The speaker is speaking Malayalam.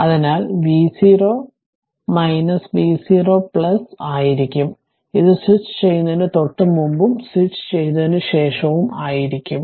അതിനാൽ v0 v0 ആയിരിക്കും ഇത് സ്വിച്ചു ചെയ്യുന്നതിന് തൊട്ടുമുമ്പും സ്വിച്ച് ചെയ്തതിനുശേഷവും ആയിരിക്കും